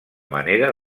manera